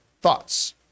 thoughts